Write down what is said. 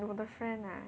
我的 friend lah